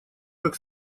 как